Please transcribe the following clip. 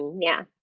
yeah,